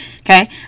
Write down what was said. okay